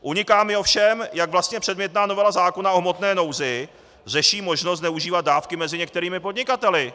Uniká mi ovšem, jak vlastně předmětná novela zákona o hmotné nouzi řeší možnost zneužívat dávky mezi některými podnikateli.